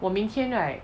我明天 right